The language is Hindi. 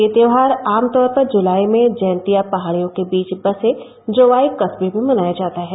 यह त्यौहार आमतौर पर जुलाई में जयातिया पहाड़ियों के बीच बसे जोवई करवे में मनाया जाता है